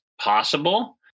possible